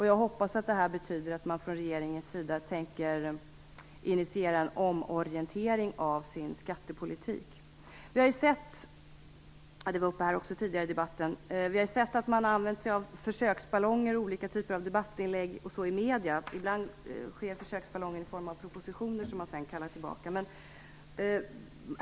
Jag hoppas att det betyder att man från regeringens sida tänker initiera en omorientering av sin skattepolitik. Vi har sett, och det var även uppe tidigare i debatten, att man har använt sig av försöksballonger som olika typer av debattinlägg i medierna. Ibland utgörs försöksballongen av propositioner som man sedan kallar tillbaka.